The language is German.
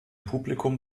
publikum